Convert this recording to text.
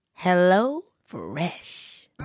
HelloFresh